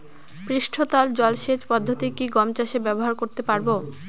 পৃষ্ঠতল জলসেচ পদ্ধতি কি গম চাষে ব্যবহার করতে পারব?